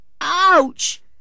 Ouch